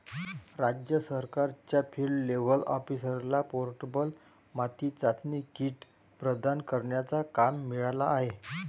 राज्य सरकारच्या field level ऑफिसरला पोर्टेबल माती चाचणी किट प्रदान करण्याचा काम मिळाला आहे